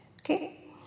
Okay